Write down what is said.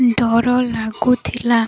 ଡର ଲାଗୁଥିଲା